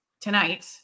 tonight